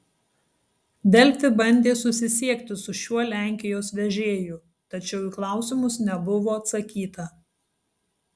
delfi bandė susisiekti su šiuo lenkijos vežėju tačiau į klausimus nebuvo atsakyta